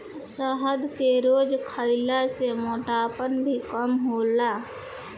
शहद के रोज खइला से मोटापा भी कम हो जाला